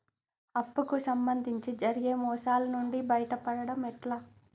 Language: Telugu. అప్పు కు సంబంధించి జరిగే మోసాలు నుండి బయటపడడం ఎట్లా?